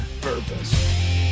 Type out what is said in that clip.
purpose